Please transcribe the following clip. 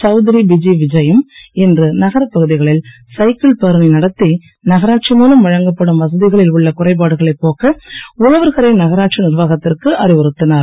Chaudhary BG Vijay யும் இன்று நகரப்பகுதிகளில் சைக்கிள் பேரணி நடத்தி நகராட்சி முலம் வழங்கப்படும் வசதிகளில் உள்ள குறைபாடுகளை போக்க உழவர்கரை நகராட்சி நிர்வாகத்திற்கு அறிவுறுத்தினார்